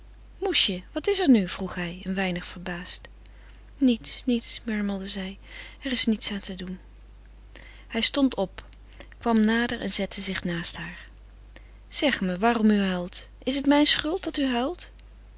moesje wat is er nu vroeg hij een weinig verbaasd niets niets murmelde zij terug er is niets aan te doen hij stond op kwam nader en zette zich naast haar zeg me waarom u huilt is het mijn schuld dat u huilt